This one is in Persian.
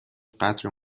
قدر